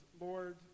Lord